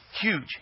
Huge